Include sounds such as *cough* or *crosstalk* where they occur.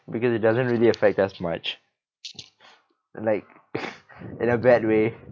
because it doesn't really affect us much like *noise* in a bad way